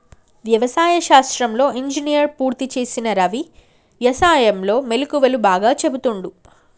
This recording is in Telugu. వ్యవసాయ శాస్త్రంలో ఇంజనీర్ పూర్తి చేసిన రవి వ్యసాయం లో మెళుకువలు బాగా చెపుతుండు